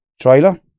trailer